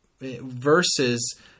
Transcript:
versus